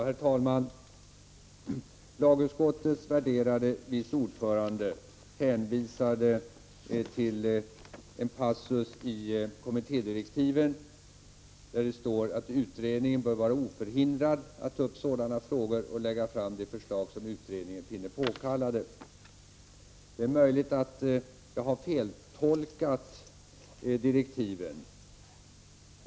Herr talman! Lagutskottets värderade vice ordförande hänvisade till en passus i kommittédirektiven. Där står: ”Utredningen bör vara oförhindrad att ta upp sådana frågor och lägga fram de förslag som utredningen finner påkallade.” Det är möjligt att jag har feltolkat direktiven.